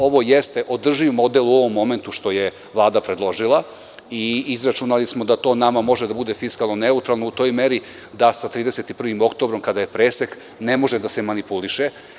Ovo jeste održiv model u ovom momentu što je Vlada predložila i izračunali smo da to nama može da bude fiskalno neutralno u toj meri da sa 31. oktobrom, kada je presek, ne može da se manipuliše.